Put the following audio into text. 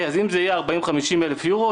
אם זה יהיה 40,000 50,000 אירו,